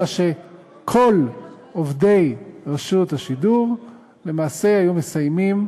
אלא שכל עובדי רשות השידור למעשה היו מסיימים